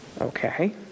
Okay